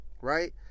right